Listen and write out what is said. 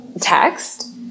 text